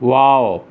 wow